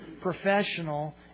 professional